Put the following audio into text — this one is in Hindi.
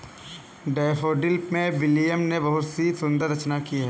डैफ़ोडिल पर विलियम ने बहुत ही सुंदर रचना की है